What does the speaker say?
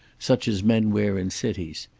such as men wear in cities.